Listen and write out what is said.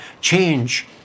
change